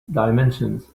dimensions